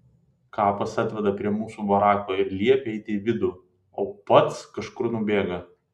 kapas atveda prie mūsų barako ir liepia eiti į vidų o pats kažkur nubėga